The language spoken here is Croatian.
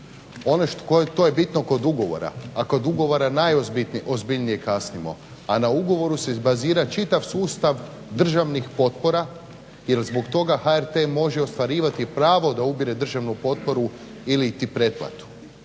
To je bitno kod ugovora, a kod ugovora najozbiljnije kasnimo a na ugovoru se bazira čitav sustav državnih potpora jer zbog toga HRT može ostvarivati pravo da ubire državnu potporu iliti pretplatu.